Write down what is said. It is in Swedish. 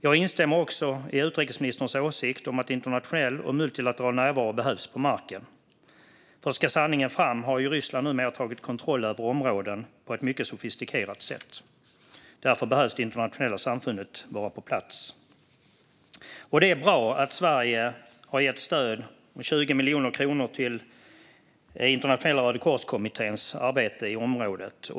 Jag instämmer också i utrikesministerns åsikt: att internationell och multilateral närvaro behövs på marken. Ska sanningen fram har ju Ryssland numera tagit kontroll över områden på ett mycket sofistikerat sätt. Därför behöver det internationella samfundet vara på plats. Det är bra att Sverige har gett stöd om 20 miljoner kronor till Internationella rödakorskommitténs arbete i området.